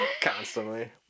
constantly